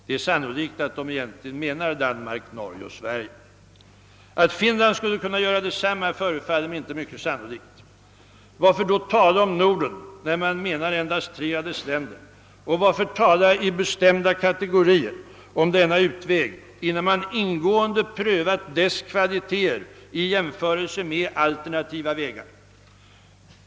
Det är sannolikt att de egentligen menar Danmark, Norge och Sverige. Att Finland skulle kunna göra detsamma förefaller mig inte mycket sannolikt. Varför då tala om Norden när man menar endast tre av dess länder? Och varför tala i bestämda kategorier om denna utväg innan man ingående prövat dess kvalitéer i jämförelse med alternativa vägar?